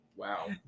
Wow